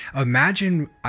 imagine